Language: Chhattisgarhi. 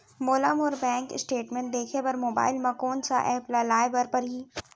मोला मोर बैंक स्टेटमेंट देखे बर मोबाइल मा कोन सा एप ला लाए बर परही?